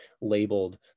labeled